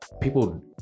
people